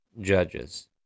judges